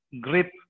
grip